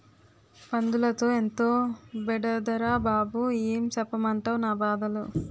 పందులతో ఎంతో బెడదరా బాబూ ఏం సెప్పమంటవ్ నా బాధలు